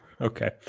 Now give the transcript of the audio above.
Okay